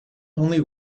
only